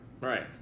Right